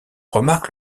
remarque